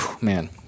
man